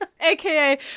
aka